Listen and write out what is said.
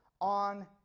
on